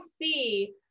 see